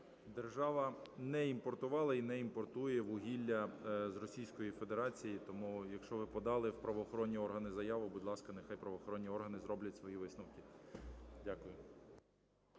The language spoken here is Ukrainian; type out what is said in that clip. Держава не імпортувала і не імпортує вугілля з Російської Федерації. Тому якщо ви подали в правоохоронні органи заяву, будь ласка, нехай правоохоронні органи зроблять свої висновки. Дякую.